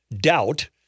doubt